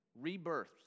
Rebirth